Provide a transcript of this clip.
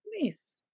nice